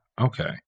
Okay